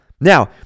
now